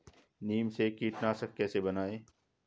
नीम से कीटनाशक कैसे बनाएं?